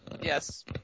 Yes